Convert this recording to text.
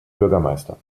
bürgermeister